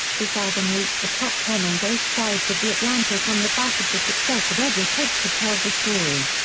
this album reached the top ten on both sides of the atlantic on the back of the success of every picture tells a story.